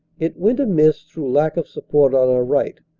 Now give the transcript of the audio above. it went amiss through lack of support on our right,